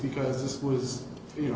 because this was you know